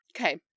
Okay